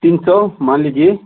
तीन सौ मान लीजिए